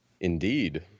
Indeed